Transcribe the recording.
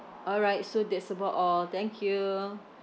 all right so that's about all thank you